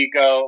go